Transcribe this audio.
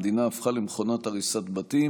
המדינה הפכה למכונת הריסת בתים,